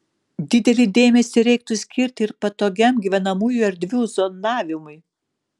didelį dėmesį reiktų skirti ir patogiam gyvenamųjų erdvių zonavimui